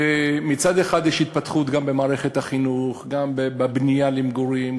ומצד אחד יש התפתחות גם במערכת החינוך וגם בבנייה למגורים,